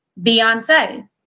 Beyonce